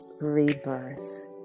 rebirth